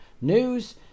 news